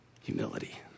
humility